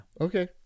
Okay